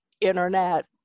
internet